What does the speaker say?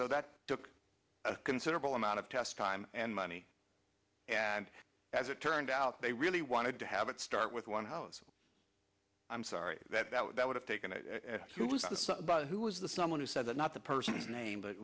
so that took a considerable amount of test time and money and as it turned out they really wanted to have it start with one hose i'm sorry that that would that would have taken to lose a son who was the someone who said that not the person name but